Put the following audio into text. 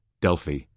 Delphi